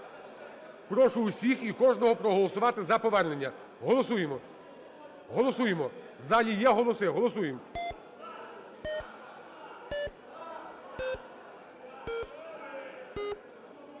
Прошу усіх і кожного проголосувати за повернення. Голосуємо. Голосуємо. В залі є голоси, голосуємо.